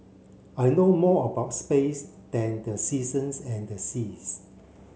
I know more about space than the seasons and the seas